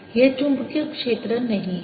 यह चुंबकीय क्षेत्र नहीं है